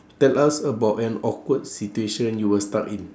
tell us about an awkward situation you were stuck in